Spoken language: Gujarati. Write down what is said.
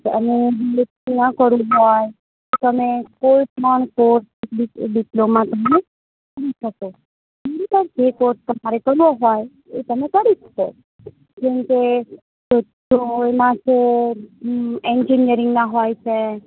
અને ડીપ્લોમા કરવું હોય તો તમે કોઈ પણ કોર્સ ડિપ્લોમામાં તમે લઇ શકો જેવી રીતના જે કોર્સ તમારે કરવો હોય એ તમે કરી શકો જેમ કે એક તો એમાં તો ઍન્જીનિયરિંગના હોય છે